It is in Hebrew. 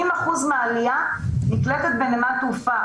70% מהעלייה נקלטת בנמל תעופה.